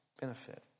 benefit